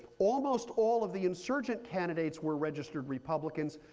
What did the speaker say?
almost all of the insurgent candidates were registered republicans.